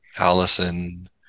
Allison